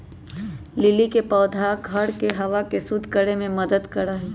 lily के पौधा घर के हवा के शुद्ध करे में मदद करा हई